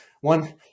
one